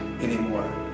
anymore